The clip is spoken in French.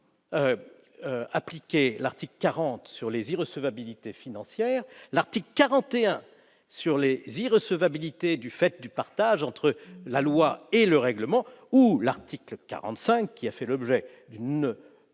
appliquer soit l'article 40, sur les irrecevabilités financières, soit l'article 41, sur les irrecevabilités résultant du partage entre la loi et le règlement, soit l'article 45, qui a fait l'objet d'une